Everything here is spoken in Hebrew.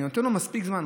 אני נותן לו מספיק זמן,